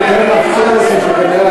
"פלוטו כלבלב מקיבוץ מגידו".